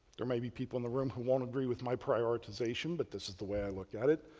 there may be people in the room who won't agree with my prioritization but this is the way i look at it.